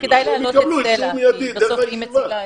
הם יקבלו אישור מיידי דרך הישיבה.